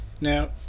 Now